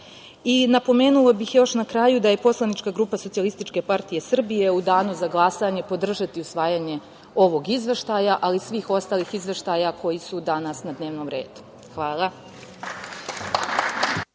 građana. Napomenula bih još na kraju da će poslanička grupa SPS u Danu za glasanju podržati usvajanje ovog Izveštaja, ali i svih ostalih izveštaja koji su danas na dnevnom redu. Hvala.